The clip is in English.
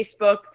Facebook